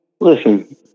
listen